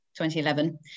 2011